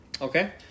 okay